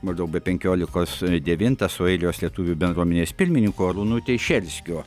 maždaug be penkiolikos devintą su airijos lietuvių bendruomenės pirmininku arūnu teišerskiu